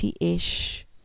ish